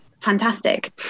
fantastic